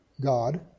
God